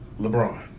LeBron